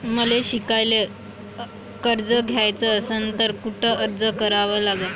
मले शिकायले कर्ज घ्याच असन तर कुठ अर्ज करा लागन?